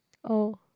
oh